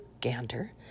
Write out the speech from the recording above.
gander